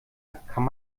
kann